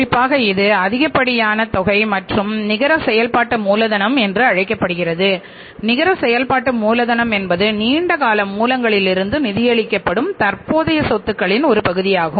குறிப்பாக இது அதிகப்படியான தொகை மற்றும் நிகர செயல்பாட்டு மூலதனம் என்று அழைக்கப்படுகிறது நிகர செயல்பாட்டு மூலதனம் என்பது நீண்ட கால மூலங்களிலிருந்து நிதியளிக்கப்படும் தற்போதைய சொத்துகளின் ஒரு பகுதியாகும்